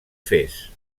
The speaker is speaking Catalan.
fes